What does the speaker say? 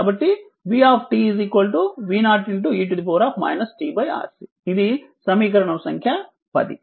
కాబట్టి v V0 e tRC ఇది సమీకరణం సంఖ్య 10